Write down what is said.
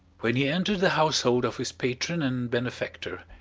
when he entered the household of his patron and benefactor,